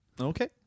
Okay